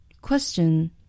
Question